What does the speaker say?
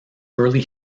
early